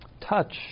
touch